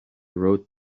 rode